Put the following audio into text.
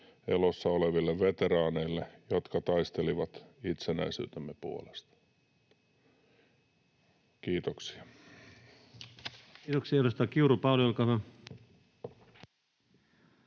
elossa oleville veteraaneille, jotka taistelivat itsenäisyytemme puolesta. — Kiitoksia. [Speech 131] Speaker: